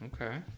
okay